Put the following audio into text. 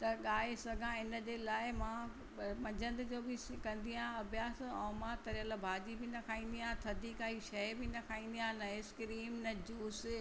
त गाए सघां इनजे लाइ मां मंझदि जो बि सिखंदी आहियां अभ्यास ऐं तरियलु भाॼी बि न खाईंदी आहियां थदी काई शइ बि न खाईंदी आहियां न आइसक्रीम न जूस